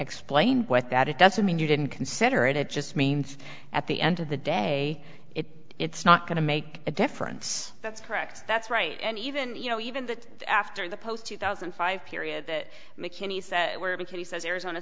explain what that it doesn't mean you didn't consider it it just means at the end of the day it it's not going to make a difference that's correct that's right and even you know even that after the post two thousand and five period that mckinney said because he says arizona